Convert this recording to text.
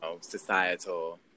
societal